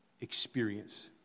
experience